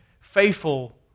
faithful